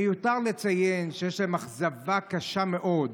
מיותר לציין שיש להם אכזבה קשה מאוד.